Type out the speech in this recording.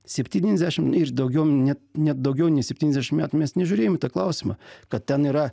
septyniasdešim ir daugiau net net daugiau nei septyniasdešim metų mes nežiūrėjom į tą klausimą kad ten yra